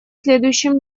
следующем